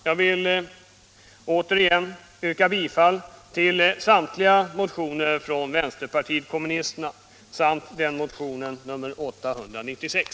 Jag vill här återigen yrka bifall till samtliga motioner som väckts från vpk-håll samt till motionen 896.